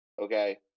Okay